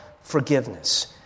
forgiveness